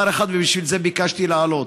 ובשביל זה ביקשתי לעלות,